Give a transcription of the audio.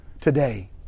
today